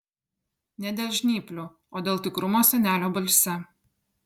ne dėl žnyplių o dėl tikrumo senelio balse